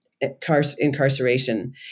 incarceration